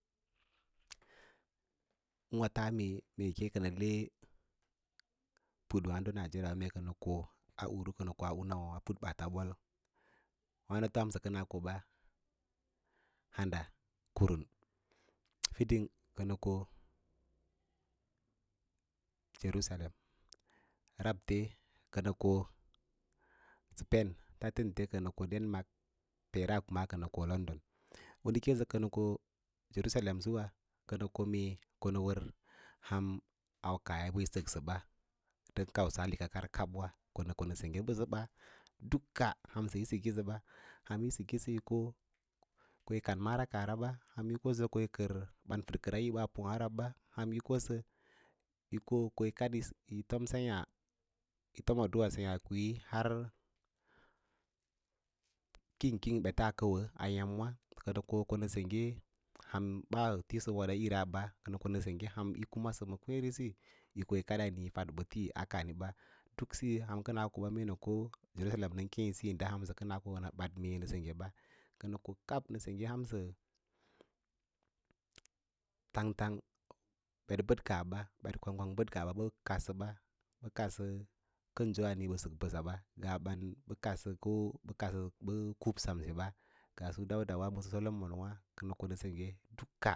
Ûwǎ taa mee mee kənə he put wǎǎɗo nigeria mee kənə ko urko kənə koa urnawa, ur ɓaata ɓol wāno hamsə kəna koɓa handa kurum. Fiding kənə ko jerusalem rabte kənə ko spain tatənte kənə ko den mark peera kənə ko london u na keẽ sə kənə jerusalem suwa kənə ko mee ko nə wər ham aukaahya bə yi səksə ba ndə kausa likar kab wa ko nə senggə hausəsa duka hansə yo sikisə ba, ham yi siki yi ko yao yi kan mara kaahraba yi kosə ko yi kər banfədkaɓiss pu ahǎǎ rab ɓa ham yi kosə yi ko koyi kaɗ yi tom seẽ ya yi fom adduꞌa seẽyâ kwii har a hiĩ king ɓets kəu a ya’mwâ kənə ko konə sengge han ɓaa tusa’ wodaꞌira ɓa, ko nə ko semgge ham yô masə ma kweẽresi yi ko yi kaɗ yi fad ɓōlí ɓa, duk síyo han kəna koɓa mee ko jerusalem nən keẽsə siyi ndə kənə ko nə bod mee nə senggeɓa. Kənə ko kab na’ sengge hansə tang tang ɓet bəo kaah bs ɓet kwang kwang bəd kaahɓa ɓə kadsə ɓa, bə kaɗsə ɓə kənso ale ɓə sək mbəss ɓa ngaa ɓan ɓə kadsə ko ɓə kaɗsə ɓə kubsa ɓa, ngaa su dauda wa, solomonwê kənə ko nə senggee du.